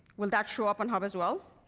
will that show up on hub as well?